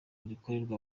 rikorerwa